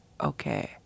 okay